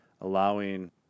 allowing